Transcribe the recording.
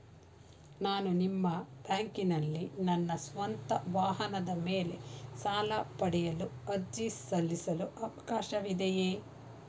ನಾನು ನಿಮ್ಮ ಬ್ಯಾಂಕಿನಲ್ಲಿ ನನ್ನ ಸ್ವಂತ ವಾಹನದ ಮೇಲೆ ಸಾಲ ಪಡೆಯಲು ಅರ್ಜಿ ಸಲ್ಲಿಸಲು ಅವಕಾಶವಿದೆಯೇ?